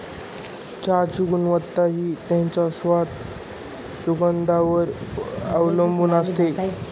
चहाची गुणवत्ता हि त्याच्या स्वाद, सुगंधावर वर अवलंबुन असते